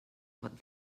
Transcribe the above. what